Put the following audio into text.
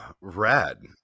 Rad